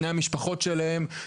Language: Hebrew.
של בני המשפחות שלהם,